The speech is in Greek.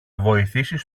βοηθήσεις